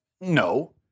No